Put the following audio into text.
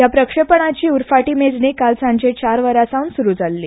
ह्या प्रक्षेपणाची उरफाटी मेजणी काल सांजे चार वरां सावन सुरू जाल्ली